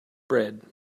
bread